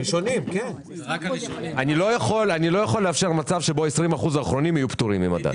אני לא יכול לאפשר מצב שבו 20% האחרונים יהיו פטורים ממדד,